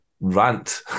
rant